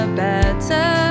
better